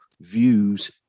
views